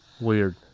Weird